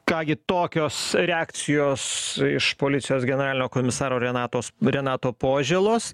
ką gi tokios reakcijos iš policijos generalinio komisaro renatos renato požėlos